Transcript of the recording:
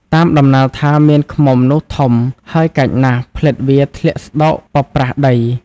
តាមដំណាលថា មានឃ្មុំនោះធំហើយកាចណាស់ ផ្លិតវាធ្លាក់ស្តោកប៉ប្រះដី ។